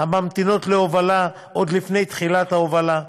הממתינות להובלה עוד לפני תחילת ההובלה,